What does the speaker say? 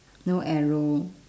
no arrow